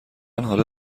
حالا